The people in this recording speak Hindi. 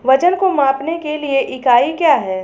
वजन को मापने के लिए इकाई क्या है?